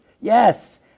yes